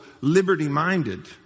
liberty-minded